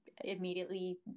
immediately